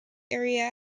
area